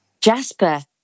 Jasper